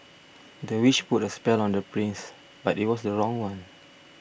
the witch put a spell on the prince but it was the wrong one